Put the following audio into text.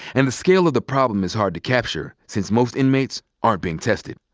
and the scale of the problem is hard to capture since most inmates aren't being tested.